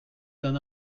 d’un